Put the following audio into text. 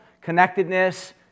connectedness